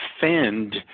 defend